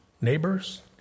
neighbors